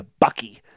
Bucky